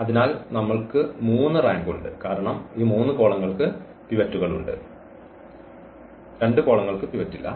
അതിനാൽ നമ്മൾ ക്ക് 3 റാങ്ക് ഉണ്ട് കാരണം ഈ 3 കോളങ്ങൾക്ക് പിവറ്റുകൾ ഉണ്ട് ഈ രണ്ട് കോളങ്ങൾക്ക് പിവറ്റ് ഇല്ല